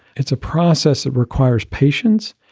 it's a process that requires patience.